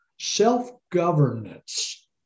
self-governance